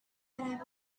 and